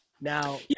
Now